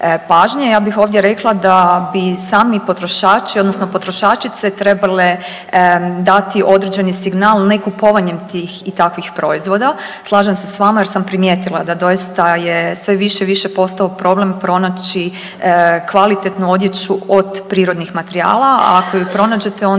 Ja bih ovdje rekla da bi sami potrošači odnosno potrošačice trebale dati određeni signal ne kupovanjem tih i takvih proizvoda. Slažem se s vama jer sam primijetila da doista je sve više i više postao problem pronaći kvalitetnu odjeću od prirodnih materijala. A ako ju i pronađete onda